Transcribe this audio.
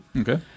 Okay